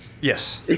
Yes